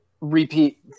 repeat